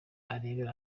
arebera